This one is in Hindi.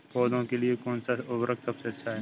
पौधों के लिए कौन सा उर्वरक सबसे अच्छा है?